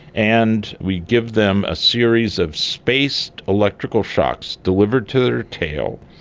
and we give them a series of spaced electrical shocks delivered to their tail.